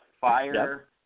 fire